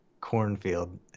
cornfield